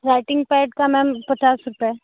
writing pad का ma'am पचास रुपये